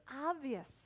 obvious